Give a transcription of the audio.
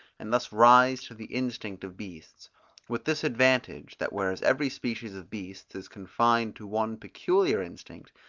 and thus rise to the instinct of beasts with this advantage, that, whereas every species of beasts is confined to one peculiar instinct,